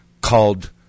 called